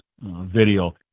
video